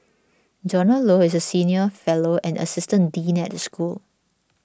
Donald Low is a senior fellow and assistant dean at the school